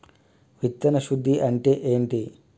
విత్తన శుద్ధి అంటే ఏంటి?